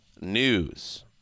news